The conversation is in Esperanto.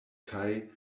kaj